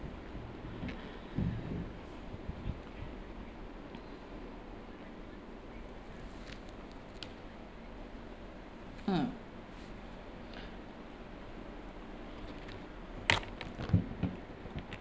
mm